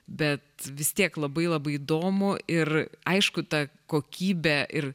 bet vis tiek labai labai įdomu ir aišku ta kokybė ir